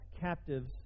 captives